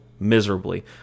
Miserably